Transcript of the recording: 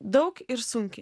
daug ir sunkiai